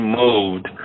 moved